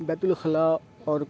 بیت الخلا اور